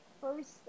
first